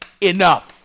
enough